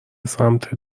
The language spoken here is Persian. سمت